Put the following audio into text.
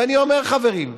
ואני אומר, חברים: